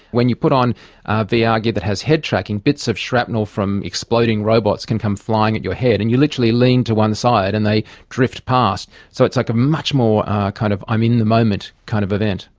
when you put on ah vr ah gear that has head-tracking, bits of shrapnel from exploding robots can come flying at your head and you literally lean to one side and they drift past. so it's like a much more kind of i'm in the moment kind of event.